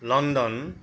London